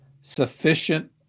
sufficient